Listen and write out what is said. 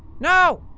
no!